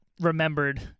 remembered